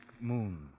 Moon